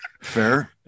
fair